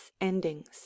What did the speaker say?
Endings